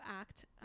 act